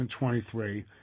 2023